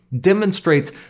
demonstrates